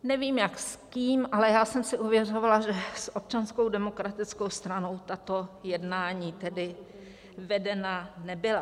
Nevím jak, s kým, ale já jsem si ověřovala, že s Občanskou demokratickou stranou tato jednání tedy vedena nebyla.